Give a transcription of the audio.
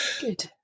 Good